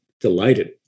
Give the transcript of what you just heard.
delighted